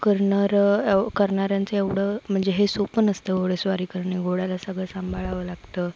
करणारं करणाऱ्यांचं एवढं म्हणजे हे सोपं नसतं घोडेस्वारी करणे घोड्याला सगळं सांभाळावं लागतं